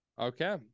Okay